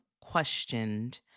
questioned